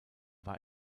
war